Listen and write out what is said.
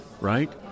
right